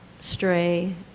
stray